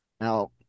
Now